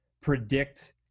predict